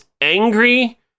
angry